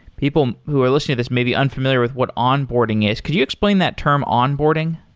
people who are listening to this may be unfamiliar with what onboarding is. could you explain that term onboarding?